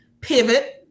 pivot